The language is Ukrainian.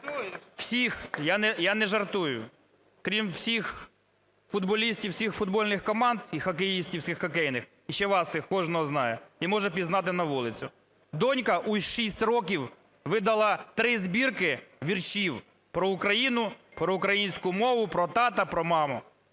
я не жартую. Крім всіх футболістів всіх футбольних команд і хокеїстів всіх хокейних іще вас всіх кожного знає, і може пізнати на вулиці. Донька у шість років видала три збірки віршів про Україну, про українську мову, про тата, про маму,